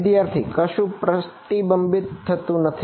વિદ્યાર્થી કશું પ્રતિબિંબિત થતું નથી